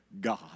God